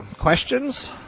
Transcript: Questions